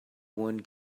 won’t